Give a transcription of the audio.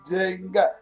Jenga